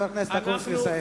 לחבר הכנסת אקוניס לסיים.